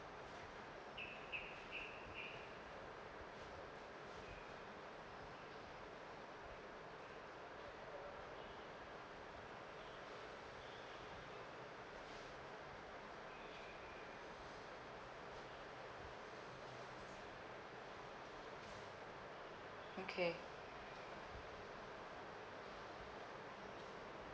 okay